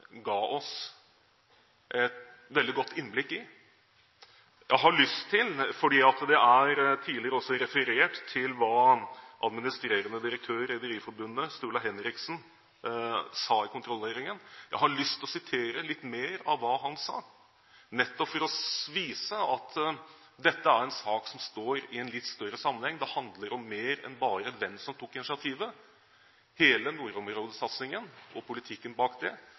ga oss et veldig godt innblikk i. Jeg har lyst til, fordi det tidligere også er referert til hva administrerende direktør i Rederiforbundet, Sturla Henriksen, sa i kontrollhøringen, å sitere litt mer av hva han sa, nettopp for å vise at dette er en sak som står i en litt større sammenheng. Det handler om mer enn bare hvem som tok initiativet. Hele nordområdesatsingen og politikken bak det